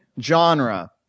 genre